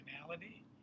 finality